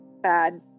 bad